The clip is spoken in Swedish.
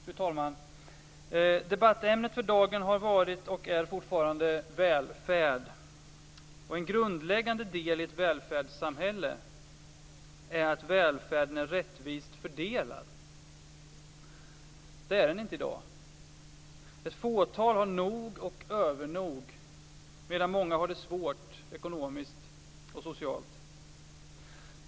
Fru talman! Debattämnet för dagen har varit och är fortfarande välfärd. En grundläggande del i ett välfärdssamhälle är att välfärden är rättvist fördelad. Det är den inte i dag. Ett fåtal har nog och övernog, medan många har det svårt ekonomiskt och socialt.